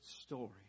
story